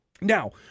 Now